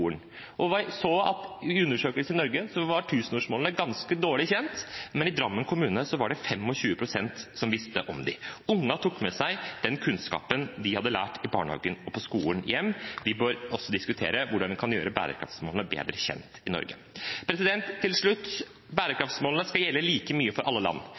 i Norge var tusenårsmålene ganske lite kjent, men i Drammen kommune var det 25 pst. som visste om dem. Ungene tok med seg den kunnskapen de hadde lært i barnehagen og på skolen, hjem. Vi bør også diskutere hvordan vi kan gjøre bærekraftsmålene bedre kjent i Norge. Til slutt: Bærekraftsmålene skal gjelde like mye for alle land.